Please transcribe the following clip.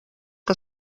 que